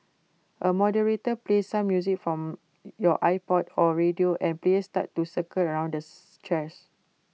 A moderator plays some music from your iPod or radio and players start to circle around the chairs